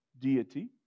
Deity